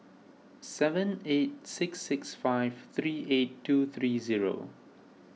seven eight six six five three eight two three zero